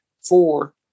four